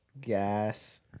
gas